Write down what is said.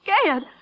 scared